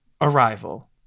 Arrival